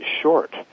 short